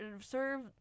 serve